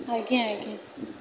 ଆଜ୍ଞା ଆଜ୍ଞା